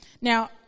Now